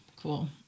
Cool